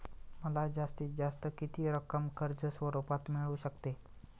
मला जास्तीत जास्त किती रक्कम कर्ज स्वरूपात मिळू शकते?